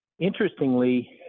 Interestingly